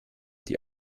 die